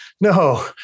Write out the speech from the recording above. No